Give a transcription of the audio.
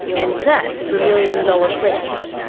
and that's the million-dollar question.